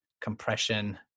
compression